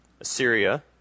Assyria